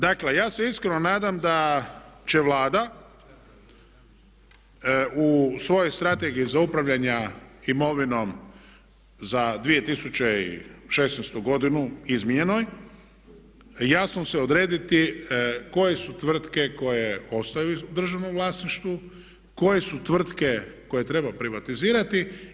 Dakle, ja se iskreno nadam da će Vlada u svojoj strategiji zlouporavljanja imovinom za 2016.godinu izmijenjenoj jasno se odrediti koje su tvrtke koje ostaju u državnom vlasništvu, koje su tvrtke koje treba privatizirati.